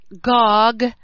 Gog